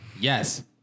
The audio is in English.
Yes